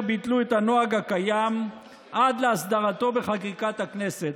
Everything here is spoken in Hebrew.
ביטלו את הנוהג הקיים עד להסדרתו בחקיקת הכנסת.